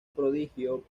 prodigio